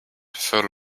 full